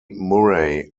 murray